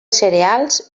cereals